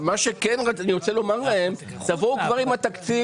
אני רוצה לומר להם שתבואו כבר עם התקציב.